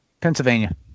Pennsylvania